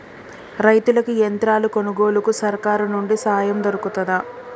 రైతులకి యంత్రాలు కొనుగోలుకు సర్కారు నుండి సాయం దొరుకుతదా?